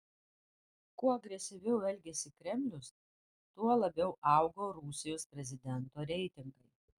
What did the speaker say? kuo agresyviau elgėsi kremlius tuo labiau augo rusijos prezidento reitingai